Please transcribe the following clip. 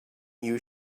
you